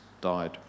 died